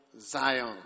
Zion